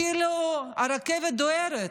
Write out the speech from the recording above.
כאילו הרכבת דוהרת,